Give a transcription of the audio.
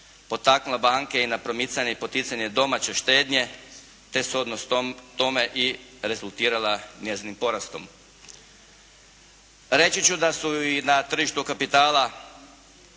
potaknula banke i na promicanje i poticanje domaće štednje te shodno tome i rezultirala njezinim porastom. Reći ću i da su i na tržištu kapitala